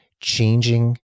changing